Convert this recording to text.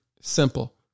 simple